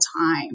time